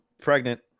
pregnant